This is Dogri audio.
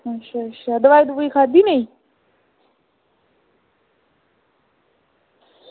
अच्छा अच्छा दोआई खाद्धी नी